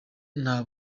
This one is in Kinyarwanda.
nta